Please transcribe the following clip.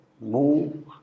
move